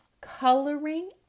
coloring